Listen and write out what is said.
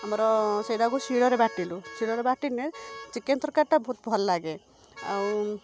ଆମର ସେଇଟାକୁ ଶିଳରେ ବାଟିଲୁ ଶିଳରେ ବାଟିଲେ ଚିକେନ ତରକାରୀଟା ବହୁତ ଭଲ ଲାଗେ ଆଉ